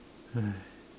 !aiya!